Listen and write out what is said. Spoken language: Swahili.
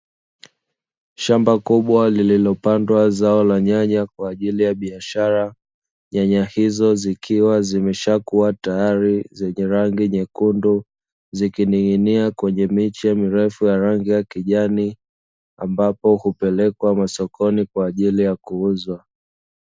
Shamba kubwa lililopandwa zao la nyanya kwa ajili ya biashara, nyanya hizo zikiwa zimeshakua tayari zenye rangi nyekundu zikining’inia kwenye miche mirefu ya rangi ya kijani, ambapo hupelekwa masokoni kwa ajili ya kuuzwa.